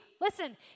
Listen